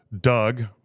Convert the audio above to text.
Doug